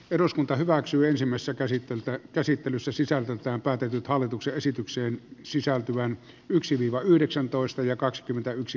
eduskunta hyväksyy ensimmäistä käsiteltävä käsittelyssä sisällöltään päätetyn hallituksen esitykseen sisältyvän yksiviivayhdeksäntoista ja kaksikymmentäyksi